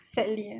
sadly